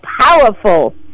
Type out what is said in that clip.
powerful